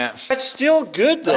yeah but still good though!